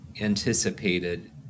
anticipated